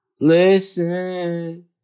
listen